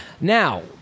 Now